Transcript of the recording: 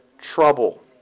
trouble